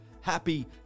Happy